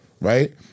Right